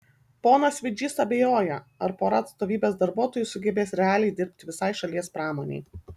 ponas vidžys abejoja ar pora atstovybės darbuotojų sugebės realiai dirbti visai šalies pramonei